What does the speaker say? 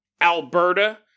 Alberta